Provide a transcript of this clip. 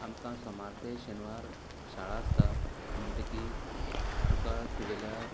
आमकां सोमार ते शेनवार शाळा आसता म्हणटगीर तुका तुगेल्या